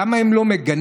למה הם לא מגנים,